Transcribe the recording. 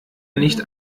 nicht